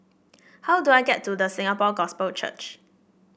how do I get to The Singapore Gospel Church